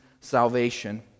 salvation